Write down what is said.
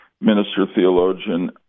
minister-theologian